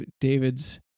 David's